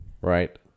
right